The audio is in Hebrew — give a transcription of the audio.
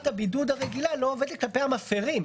הבידוד הרגילה לא עובדת כלפי המפרים.